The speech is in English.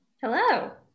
Hello